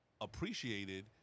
appreciated